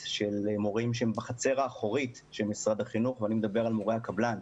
של מורים שהם בחצר האחורית של משרד החינוך ואני מדבר על מורי הקבלן.